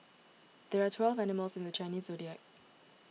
there are twelve animals in the Chinese zodiac